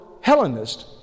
Hellenist